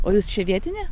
o jūs čia vietinė